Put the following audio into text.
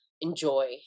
enjoy